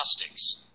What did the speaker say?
gnostics